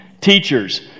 Teachers